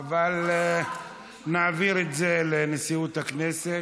אבל נעביר את זה לנשיאות הכנסת.